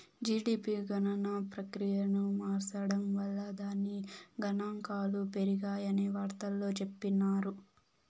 GDP గణన ప్రక్రియను మార్సడం వల్ల దాని గనాంకాలు పెరిగాయని వార్తల్లో చెప్పిన్నారు